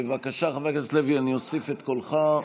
בבקשה, חבר הכנסת לוי, אני אוסיף את קולך.